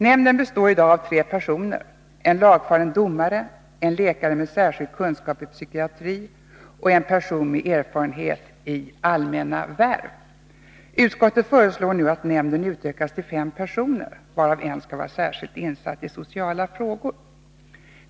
Nämnden består i dag av tre personer, en lagfaren domare, en läkare med särskild kunskap i psykiatri och en person med erfarenhet i allmänna värv. Utskottet föreslår nu att nämnden utökas till fem personer, varav en skall vara särskilt insatt i sociala frågor.